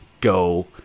go